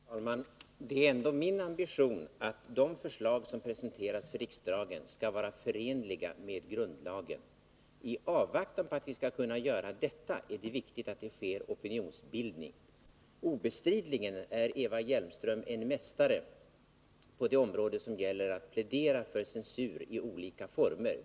Herr talman! Det är ändå min ambition att de förslag som presenteras för 28 november 1980 riksdagen skall vara förenliga med grundlagen. I avvaktan på att kunna lägga fram sådana förslag är det viktigt att det sker en opinionsbildning. Obestridligen är Eva Hjelmström en mästare då det gäller att plädera för censur i olika former.